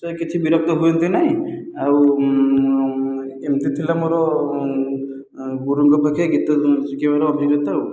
ତ କିଛି ବିରକ୍ତି ହୁଅନ୍ତି ନାହିଁ ଆଉ ଏମିତି ଥିଲା ମୋର ଗୁରୁଙ୍କ ପାଖରେ ଗୀତ ଶିଖିବାର ଅଭିଜ୍ଞତା